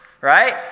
right